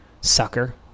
Sucker